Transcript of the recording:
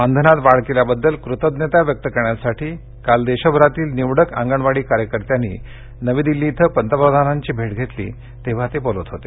मानधनात वाढ केल्याबद्दल कृतज्ञता व्यक्त करण्यासाठी काल देशभरातील निवडक अंगणवाडी कार्यकर्त्यांनी नवी दिल्लीत पंतप्रधानांची भेट घेतली तेव्हा ते बोलत होते